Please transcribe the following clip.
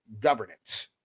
governance